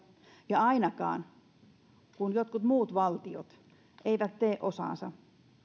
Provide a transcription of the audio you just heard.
ja ainakaan kun jotkut muut valtiot eivät tee osaansa